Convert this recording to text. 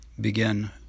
begin